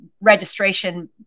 registration